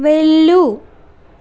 వెళ్ళు